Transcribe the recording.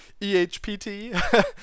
EHPT